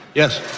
yes.